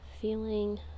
feeling